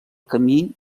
camí